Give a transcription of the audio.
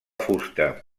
fusta